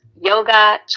yoga